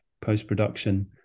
post-production